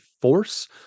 force